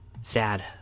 Sad